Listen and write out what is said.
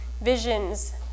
visions